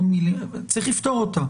צריך לפתור אותה.